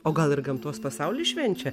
o gal ir gamtos pasaulis švenčia